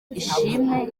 ishimwe